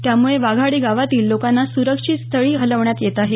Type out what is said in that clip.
त्यामुळे वाघाडी गावातील लोकांना सुरक्षित स्थळी हलवण्यात येत आहे